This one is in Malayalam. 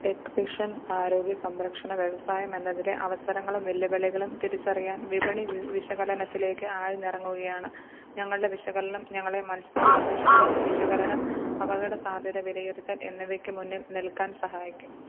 ടെക് വിഷൻ ആരോഗ്യ സംരക്ഷണ വ്യവസായം എന്നതിലെ അവസരങ്ങളും വെല്ലുവിളികളും തിരിച്ചറിയാൻ വിപണി വിശകലനത്തിലേക്ക് ആഴ്ന്നിറങ്ങുകയാണ് ഞങ്ങളുടെ വിശകലനം ഞങ്ങളെ മത്സരാധിഷ്ഠിത വിശകലനം അപകടസാധ്യത വിലയിരുത്തൽ എന്നിവയ്ക്ക് മുന്നിൽ നിൽക്കാൻ സഹായിക്കും